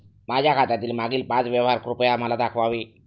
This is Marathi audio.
माझ्या खात्यातील मागील पाच व्यवहार कृपया मला दाखवावे